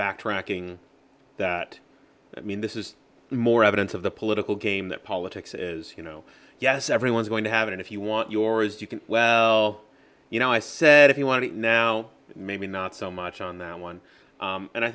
backtracking that i mean this is more evidence of the political game that politics as you know yes everyone's going to have and if you want yours you can well you know i said if you want it now maybe not so much on that one and i